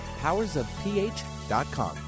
powersofph.com